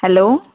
hello